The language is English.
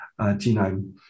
genome